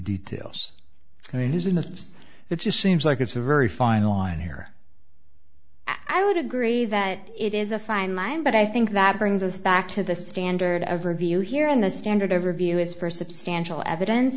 details i mean isn't that it just seems like it's a very fine line here i would agree that it is a fine line but i think that brings us back to the standard of review here and the standard of review is for substantial evidence